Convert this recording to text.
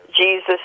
Jesus